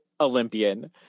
Olympian